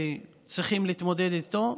שצריכים להתמודד איתו,